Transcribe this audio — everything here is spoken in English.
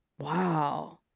Wow